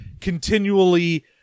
continually